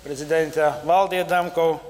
prezidente valdai adamkau